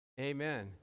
Amen